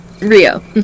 Rio